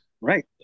right